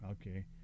okay